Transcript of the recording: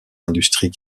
industries